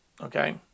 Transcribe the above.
Okay